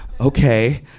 okay